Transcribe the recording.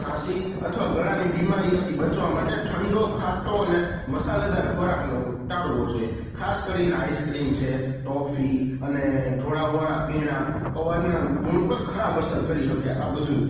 ખાંસી અથવા ગળાની બીમારીઓથી બચવા માટે ઠંડો ખાટો અને મસાલેદાર ખોરાકને હું ટાળવો જોઈએ ખાસ કરીને આઇસક્રીમ છે ટોફી અને ઢોળાવવાળા પીણાં અવાજના ગુણ પર ખરાબ અસર કરી શકે આ બધુંય